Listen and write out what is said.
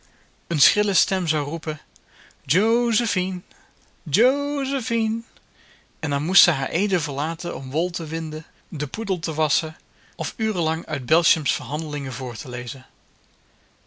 een schrille stem zou roepen jose phine jose phine en dan moest ze haar eden verlaten om wol te winden den poedel te wasschen of urenlang uit belsham's verhandelingen voor te lezen